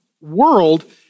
world